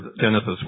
Genesis